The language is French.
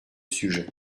sujet